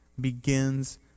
begins